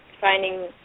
finding